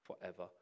forever